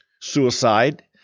suicide